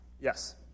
Yes